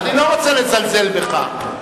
אני לא רוצה לזלזל בך.